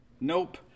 Nope